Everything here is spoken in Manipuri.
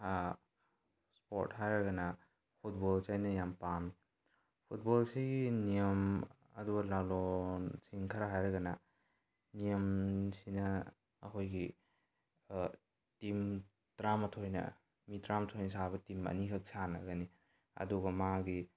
ꯏꯁꯄꯣꯔꯠ ꯍꯥꯏꯔꯒꯅ ꯐꯨꯠꯕꯣꯜꯁꯤ ꯑꯩꯅ ꯌꯥꯝ ꯄꯥꯝꯃꯤ ꯐꯨꯠꯕꯣꯜꯁꯤ ꯅꯤꯌꯣꯝ ꯑꯗꯨꯒ ꯂꯥꯜꯂꯣꯡꯁꯤꯡ ꯈꯔ ꯍꯥꯏꯔꯒꯅ ꯅꯤꯌꯝꯁꯤꯅ ꯑꯩꯈꯣꯏꯒꯤ ꯇꯤꯝ ꯇꯔꯥꯃꯥꯊꯣꯏꯅ ꯃꯤ ꯇꯔꯥꯃꯥꯊꯣꯏꯅ ꯁꯥꯕ ꯇꯤꯝ ꯑꯅꯤꯈꯛ ꯁꯥꯟꯅꯒꯅꯤ ꯑꯗꯨꯒ ꯃꯥꯒꯤ